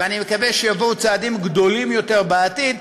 ואני מקווה שיבואו צעדים גדולים יותר בעתיד,